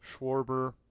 Schwarber